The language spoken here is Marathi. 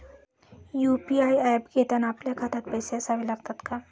यु.पी.आय ऍप घेताना आपल्या खात्यात पैसे असावे लागतात का?